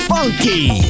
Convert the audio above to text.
Funky